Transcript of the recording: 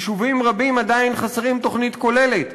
יישובים רבים עדיין חסרים תוכנית כוללת,